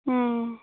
ᱦᱮᱸ